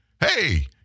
Hey